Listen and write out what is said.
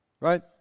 Right